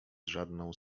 żadną